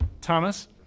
Thomas